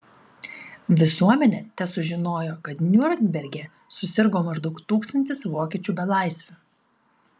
visuomenė tesužinojo kad niurnberge susirgo maždaug tūkstantis vokiečių belaisvių